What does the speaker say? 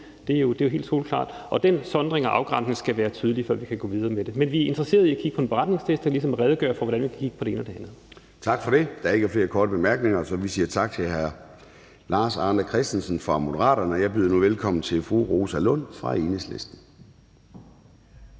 Det er jo helt soleklart, og den sondring og afgrænsning skal være tydelig, før vi kan gå videre med det. Men vi er interesseret i at kigge på en beretningstekst, der ligesom redegør for, hvordan vi kan kigge på det ene og det andet. Kl. 12:13 Formanden (Søren Gade): Tak for det. Der er ikke flere korte bemærkninger, så vi siger tak til hr. Lars Arne Christensen fra Moderaterne. Jeg byder nu velkommen til fru Rosa Lund fra Enhedslisten.